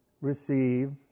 receive